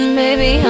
baby